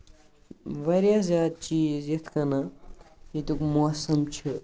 واریاہ زیادٕ چیٖز یِتھۍ کَنن ییٚتُک موسَم چھُ